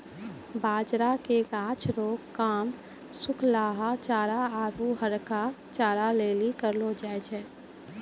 बाजरा के गाछ रो काम सुखलहा चारा आरु हरका चारा लेली करलौ जाय छै